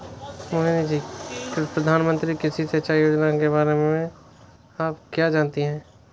मोहिनी जी, प्रधानमंत्री कृषि सिंचाई योजना के बारे में आप क्या जानती हैं?